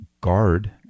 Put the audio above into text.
guard